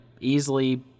easily